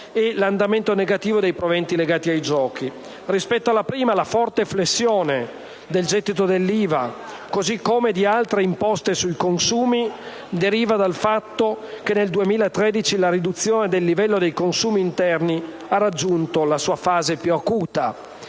all'andamento negativo dei proventi legati ai giochi. Rispetto alla prima questione, sottolineo che la forte flessione del gettito dell'IVA, così come di altre imposte sui consumi, deriva dal fatto che nel 2013 la riduzione del livello dei consumi interni ha raggiunto la sua fase più acuta;